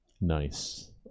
Nice